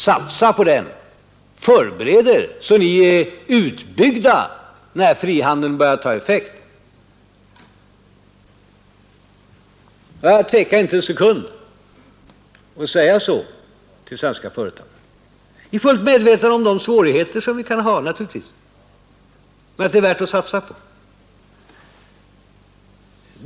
Satsa på den. Förbered er så att ni är utbyggda när frihandeln börjar ta effekt. Jag tvekar inte en sekund att säga så till svenska företag, i fullt medvetande om de svårigheter som vi kan ha, naturligtvis, men också i full övertygelse att det är värt att satsa på.